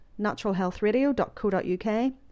naturalhealthradio.co.uk